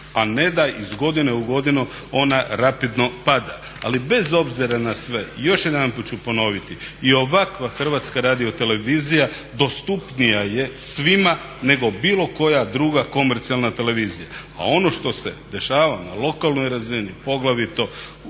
a ne da iz godine u godinu ona rapidno pada. Ali bez obzira na sve, još jedanput ću ponoviti i ovakva Hrvatska radio televizija dostupnija je svima nego bilo koja druga komercijalna televizija. A ono što se dešava na lokalnoj razini poglavito